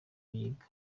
yiga